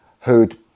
Who'd